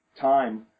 time